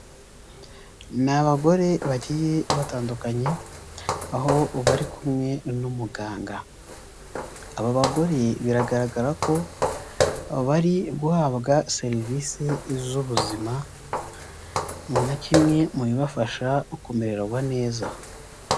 Ni abagore bagiye batandukanye aho bari kumwe n'umuganga, aba bagore biragaragara ko bari guhabwa serivise z'ubuzima nka kimwe mu bibafasha kumererwa neza.